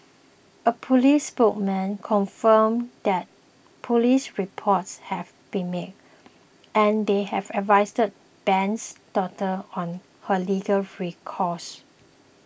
a police spokesman confirmed that police reports had been made and they had advised Ben's daughter on her legal recourse